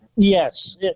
Yes